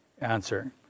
answer